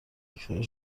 عکسهای